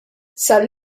sal